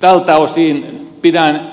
tältä osin pidän